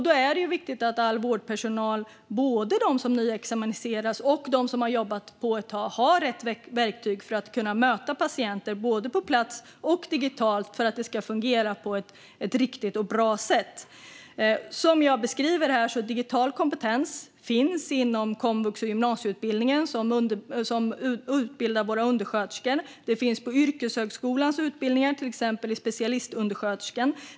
Då är det viktigt att all vårdpersonal, både de nyexaminerade och de som har jobbat ett tag, har rätt verktyg för att kunna möta patienter, både på plats och digitalt, för att det ska fungera på ett riktigt och bra sätt. Som jag beskriver här finns det digital kompetens inom komvux och gymnasieutbildningen, som utbildar våra undersköterskor. Det finns på yrkeshögskolans utbildningar, till exempel till specialistundersköterska.